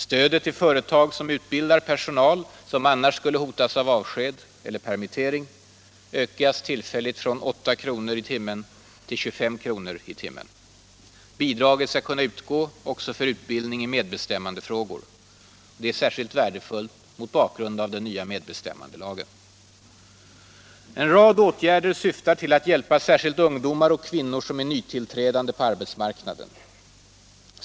Stödet till företag som utbildar personal, vilken annars skulle hotas av avsked eller permittering, ökas tillfälligt från 8 kr. i timmen till 25 kr. i timmen. Bidraget skall kunna utgå också för utbildning i medbestämmandefrågor. Det är särskilt värdefullt mot bakgrund av den nya medbestämmandelagen. En rad åtgärder syftar till att hjälpa särskilt ungdomar och kvinnor som är nytillträdande på arbetsmarknaden.